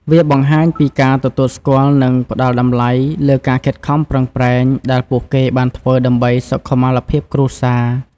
វាបង្ហាញពីការទទួលស្គាល់ និងផ្ដល់តម្លៃលើការខិតខំប្រឹងប្រែង ដែលពួកគេបានធ្វើដើម្បីសុខុមាលភាពគ្រួសារ។